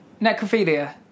Necrophilia